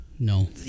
No